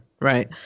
right